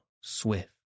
swift